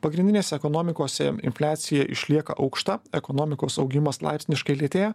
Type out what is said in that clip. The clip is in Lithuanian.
pagrindinėse ekonomikose infliacija išlieka aukšta ekonomikos augimas laipsniškai lėtėja